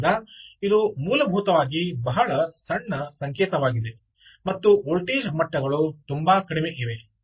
ಆದ್ದರಿಂದ ಇದು ಮೂಲಭೂತವಾಗಿ ಬಹಳ ಸಣ್ಣ ಸಂಕೇತವಾಗಿದೆ ಮತ್ತು ವೋಲ್ಟೇಜ್ ಮಟ್ಟಗಳು ತುಂಬಾ ಕಡಿಮೆ ಇವೆ